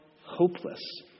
hopeless